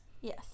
Yes